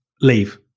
leave